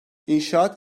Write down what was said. i̇nşaat